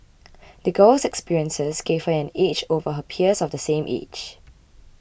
the girl's experiences gave her an edge over her peers of the same age